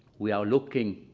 we are looking,